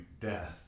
death